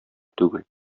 түгел